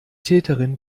täterin